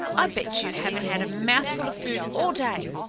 i bet you haven't had a mouthful of food all day.